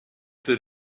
that